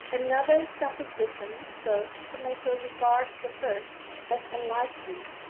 another supposition served to make her regard the first as unlikely,